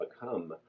become